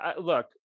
Look